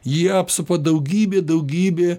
jį apsupa daugybė daugybė